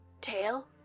Tail